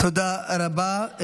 תודה רבה.